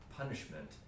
punishment